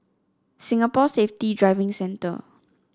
Singapore Safety Driving Centre